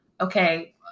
okay